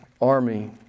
army